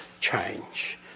change